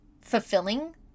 fulfilling